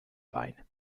bein